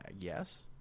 yes